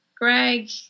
greg